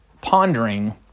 pondering